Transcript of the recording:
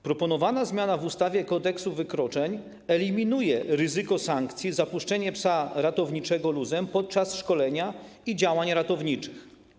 Proponowana zmiana w ustawie Kodeksu wykroczeń eliminuje ryzyko sankcji za puszczenie psa ratowniczego luzem podczas szkolenia i działań ratowniczych.